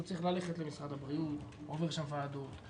הוא צריך ללכת למשרד הבריאות עובר שם ועדות.